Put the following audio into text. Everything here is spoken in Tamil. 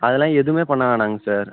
அதெல்லாம் எதுவுமே பண்ண வேணாங்க சார்